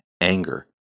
anger